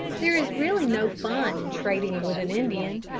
there is really no fun in trading with an indian,